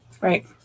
Right